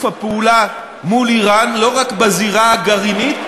הפעולה מול איראן לא רק בזירה הגרעינית,